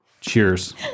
cheers